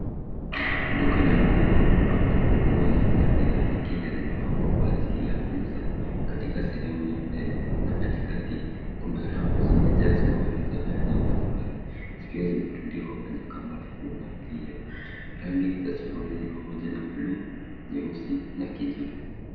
Duka la nguo ambapo nguo na bidhaa nyingine zimepangwa kwa ajili ya kuuzwa, katika sehemu ya mbele na katikati kuna rafu zimejaa suruali za aina mbalimbali zikiwazimetundikwa kwenye kamba. Rangi za suruali ni pamoja na bluu, nyeusi na kijivu.